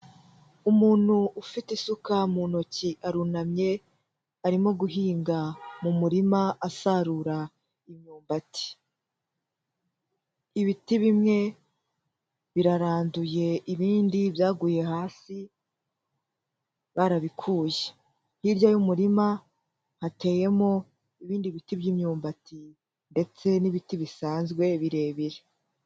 Umuntu ufite isuka mu ntoki arunamye, arimo guhinga mu murima asarura imyumbati, ibiti bimwe biraranduye, ibindi byaguye hasi barabikuye, hirya y'umurima hateyemo ibindi biti by'imyumbati ndetse n'ibiti bisanzwe birebire.